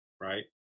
right